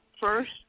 first